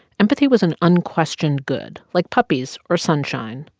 empathy was an unquestioned good, like puppies or sunshine.